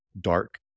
dark